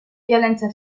violenza